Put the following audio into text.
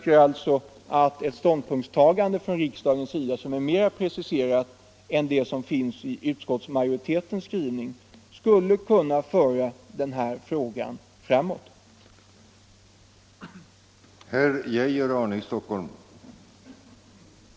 Ett ståndpunktstagande av riksdagen som är mera preciserat än det som finns i utskottsmajoritetens skrivning skulle kunna föra den här frågan framåt.